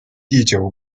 第九